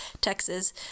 Texas